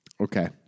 Okay